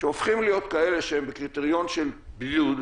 שהופכים להיות כאלה שהם בקריטריון של בידוד,